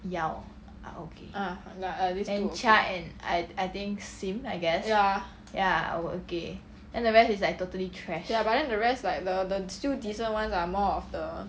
ah ya these two okay ya ya but then the rest like the the still decent ones are more of the